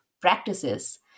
practices